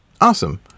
Awesome